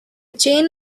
chain